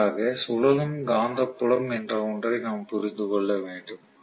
அதற்காக சுழலும் காந்தப்புலம் என்ற ஒன்றை நாம் புரிந்து கொள்ள வேண்டும்